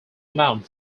amount